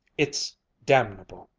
it's damnable!